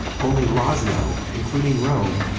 only lazio, including rome,